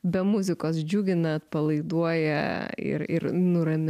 be muzikos džiugina atpalaiduoja ir ir nuramina